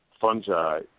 fungi